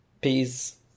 Peace